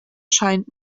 scheint